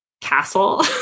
castle